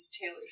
Taylor